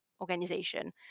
organization